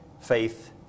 faith